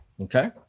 Okay